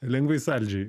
lengvai saldžiai